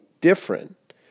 different